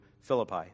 Philippi